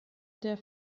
der